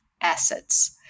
assets